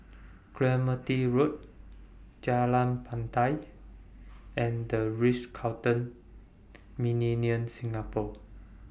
Clementi Road Jalan Batai and The Ritz Carlton Millenia Singapore